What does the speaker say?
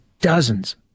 dozens